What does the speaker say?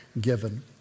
given